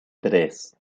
tres